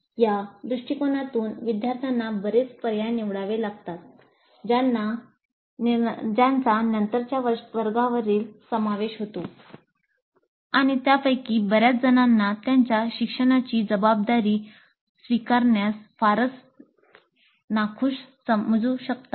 या दृष्टिकोनातून विद्यार्थ्यांना बरेच पर्याय निवडावे लागतात ज्यांचा नंतरच्या वर्गवारीत समावेश होतो आणि त्यापैकी बर्याच जणांना त्यांच्या शिक्षणाची जबाबदारी स्वीकारण्यास फारच नाखूष असू शकतात